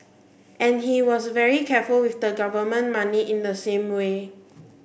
and he was very careful with the government money in the same way